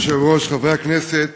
אדוני היושב-ראש, חברי הכנסת,